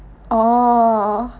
oh